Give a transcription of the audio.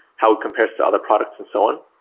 how it compares to other products and so on?